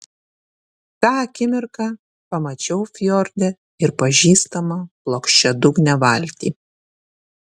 tą akimirką pamačiau fjorde ir pažįstamą plokščiadugnę valtį